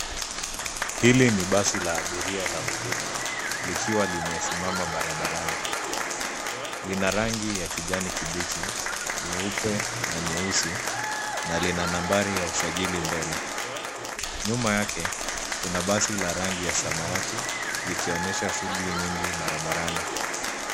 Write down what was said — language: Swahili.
Hili ni basi la abiria la huduma likiwa limesimama barabarani. Lina rangi ya kijani kibichi, nyeupe na nyeusi na lina nambari ya usajili mbele. Nyuma yake kuna basi la rangi ya samawati likionesha shughuli nyingi barabarani.